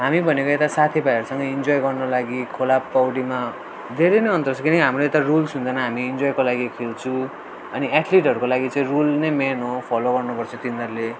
हामी भनेको यता साथीभाइहरूसँग इन्जोय गर्न लागि खोला पौडीमा धेरै नै अन्तर छ किनभने हाम्रो यता रुल्स हुँदैन हामी इन्जोयको लागि खेल्छु अनि एथलिटहरको लागि चाहिँ रुल नै मेन हो फलो गर्नुपर्छ तिनीहरूले